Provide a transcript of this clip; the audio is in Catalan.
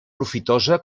profitosa